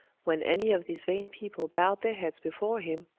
when any of these vain people bowed their heads before him,